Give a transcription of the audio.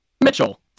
Mitchell